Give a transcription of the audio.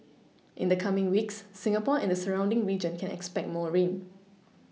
in the coming weeks Singapore and the surrounding region can expect more rain